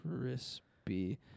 Crispy